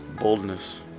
Boldness